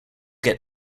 get